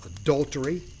adultery